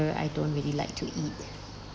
I don't really like to eat